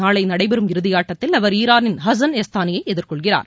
நாளை நடைபெறும் இறுதியாட்டத்தில் அவர் ஈரானின் ஹசன் யஸ்தானியை எதிர்கொள்கிறார்